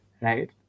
right